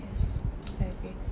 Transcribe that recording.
yes I agree